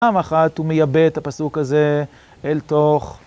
פעם אחת הוא מייבא את הפסוק הזה אל תוך.